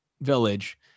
Village